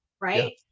right